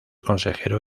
consejero